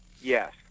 Yes